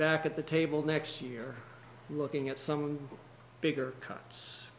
back at the table next year looking at some bigger